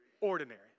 ordinary